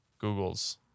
google's